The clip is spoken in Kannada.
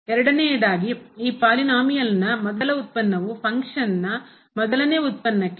ಎರಡನೇಯದಾಗಿ ಈ ಪಾಲಿನೋಮಿಯಲ್ ನ ಮೊದಲ ಉತ್ಪನ್ನವು ಫಂಕ್ಷನ್ನನ ಮೊದಲನೇ ಉತ್ಪನ್ನಕೆ ನಲ್ಲಿ ಸರಿಸಮಾನವಾಗಿರಬೇಕು